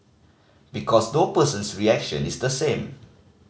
because no person's reaction is the same